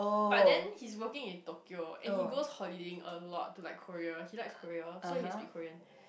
but then he's working in Tokyo and he goes holidaying a lot to like Korea he likes Korea so he can speak Korean